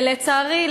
לצערי,